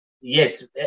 Yes